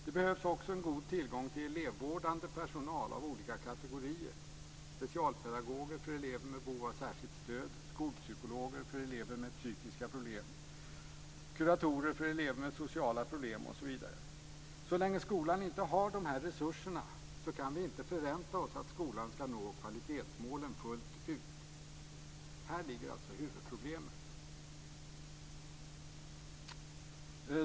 Det behövs också en god tillgång till elevvårdande personal av olika kategorier - specialpedagoger för elever med behov av särskilt stöd, skolpsykologer för elever med psykiska problem, kuratorer för elever med sociala problem, osv. Så länge skolan inte har dessa resurser kan vi inte förvänta oss att skolan ska nå kvalitetsmålen fullt ut. Här ligger alltså huvudproblemet.